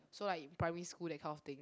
so like in primary school that kind of thing